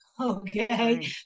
Okay